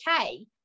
okay